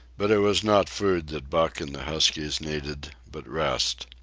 but it was not food that buck and the huskies needed, but rest.